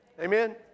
Amen